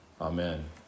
amen